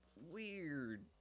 weird